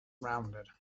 rounded